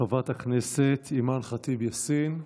חברת הכנסת אימאן ח'טיב יאסין,